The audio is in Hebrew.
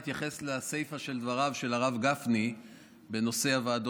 אני אתייחס לסיפא של דבריו של הרב גפני בנושא הוועדות,